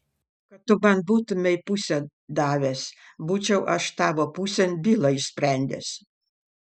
kad tu man būtumei pusę davęs būčiau aš tavo pusėn bylą išsprendęs